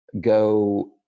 go